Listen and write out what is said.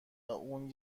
اون